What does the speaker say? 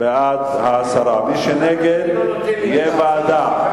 בעד, הסרה, מי שנגד, לוועדה.